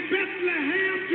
Bethlehem